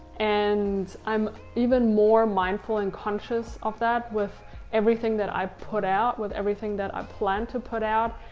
and i'm even more mindful and conscious of that with everything that i put out. with everything that i plan to put out.